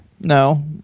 No